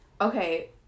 okay